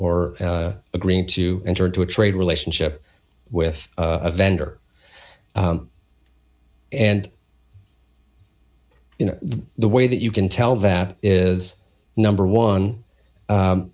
or agreeing to enter into a trade relationship with a vendor and you know the way that you can tell that is number one